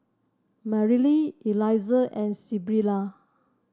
Mareli Eliza and Sybilla